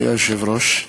אדוני היושב-ראש,